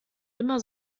immer